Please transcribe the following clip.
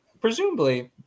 presumably –